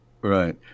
Right